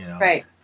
right